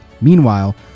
Meanwhile